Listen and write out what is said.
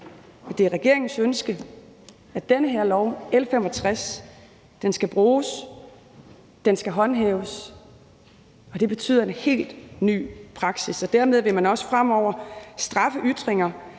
Det er regeringens ønske, at den her lov, L 65, skal bruges, at den skal håndhæves, og det betyder en helt ny praksis. Dermed vil man også fremover straffe ytringer,